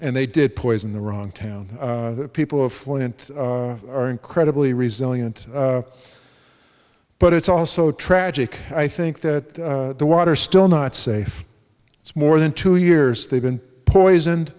and they did poison the wrong town the people of flint are incredibly resilient but it's also tragic i think that the water still not safe it's more than two years they've been poisoned